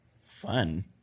Fun